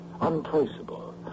Untraceable